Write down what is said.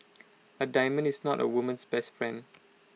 A diamond is not A woman's best friend